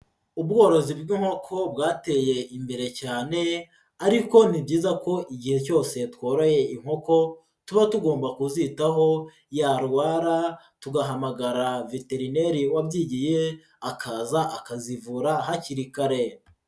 Ubworozi bw'inkoko bwateye imbere cyane, ariko ni byiza ko igihe cyose tworoye inkoko tuba tugomba kuzitaho, yarwara tugahamagara veterineri wabyigiye akaza akazivura hakiri kare.